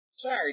Sorry